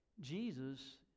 Jesus